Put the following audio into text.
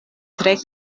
tre